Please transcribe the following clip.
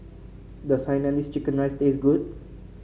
does Hainanese Chicken Rice taste good